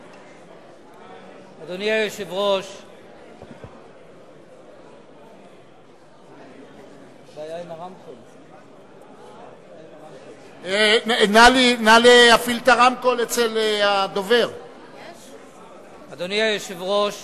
התשע"א 2010. אדוני יושב-ראש